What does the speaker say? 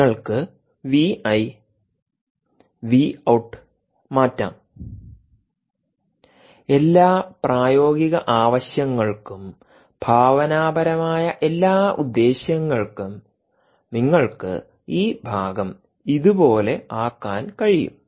നിങ്ങൾക്ക് വി ഐവിഔട്ട് മാറ്റാം എല്ലാ പ്രായോഗിക ആവശ്യങ്ങൾക്കും ഭാവനാപരമായ എല്ലാ ഉദ്ദേശ്യങ്ങൾക്കും നിങ്ങൾക്ക് ഈ ഭാഗം ഇതുപോലെ ആക്കാൻ കഴിയും